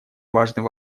важный